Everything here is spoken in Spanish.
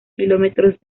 kilómetros